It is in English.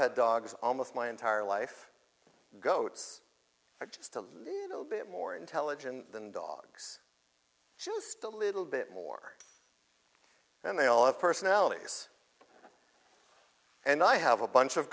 had dogs almost my entire life go it's just a little bit more intelligent than dogs just a little bit more and they all have personalities and i have a bunch of